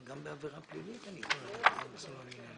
אנחנו לא מצביעים על ועדת הערר